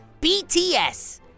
BTS